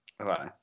Okay